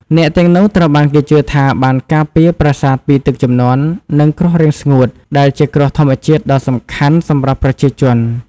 នាគទាំងនោះត្រូវបានគេជឿថាបានការពារប្រាសាទពីទឹកជំនន់ និងគ្រោះរាំងស្ងួតដែលជាគ្រោះធម្មជាតិដ៏សំខាន់សម្រាប់ប្រជាជន។